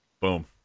Boom